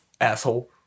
asshole